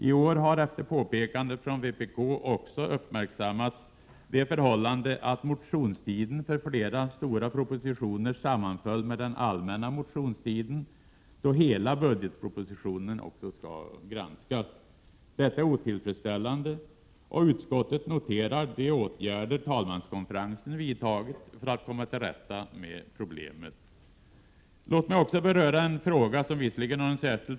I år har efter påpekande från vpk också uppmärksammats det förhållandet att motionstiden för flera stora propositioner sammanföll med den allmänna motionstiden, då också hela budgetpropositionen skall granskas. Detta är otillfredsställande, och utskottet noterar de åtgärder talmanskonferensen vidtagit för att komma till rätta med problemet. Låt mig också beröra den fråga som har beteckningen Utnämningspolitik.